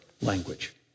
language